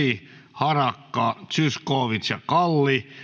harakka zyskowicz ja kalli